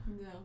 No